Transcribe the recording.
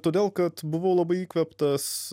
todėl kad buvau labai įkvėptas